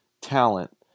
talent